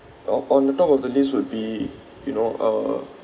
o~ on the top of the list would be you know uh